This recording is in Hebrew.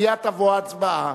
מייד תבוא ההצבעה.